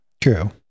True